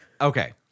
okay